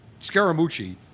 Scaramucci